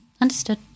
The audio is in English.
Understood